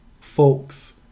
folks